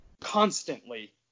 constantly